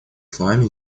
словами